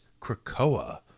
Krakoa